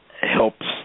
helps